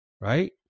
right